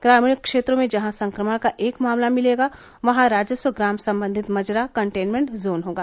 ग्रामीण क्षेत्रों में जहां संक्रमण का एक मामला मिलेगा वहां राजस्व ग्राम सम्बंधित मजरा कंटेनमेन्ट जोन होगा